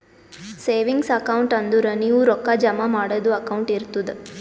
savings account ಅಂದುರ್ ನೀವು ರೊಕ್ಕಾ ಜಮಾ ಮಾಡದು ಅಕೌಂಟ್ ಇರ್ತುದ್